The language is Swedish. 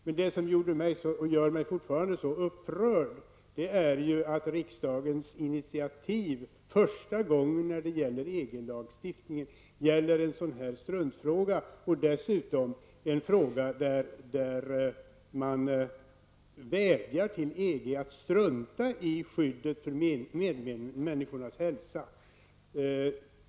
Men det som gör mig så upprörd är att riksdagens första initiativ i fråga om EG-lagstiftningen gäller en sådan här struntfråga. Dessutom vädjar man till EG att strunta i skyddet av medmänniskornas hälsa.